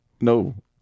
No